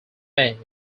may